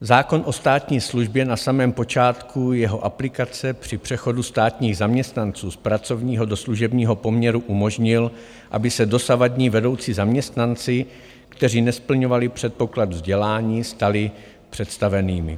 K bodu 21: zákon o státní službě na samém počátku jeho aplikace při přechodu státních zaměstnanců z pracovního do služebního poměru umožnil, aby se dosavadní vedoucí zaměstnanci, kteří nesplňovali předpoklad vzdělání, stali představenými.